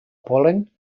pol·len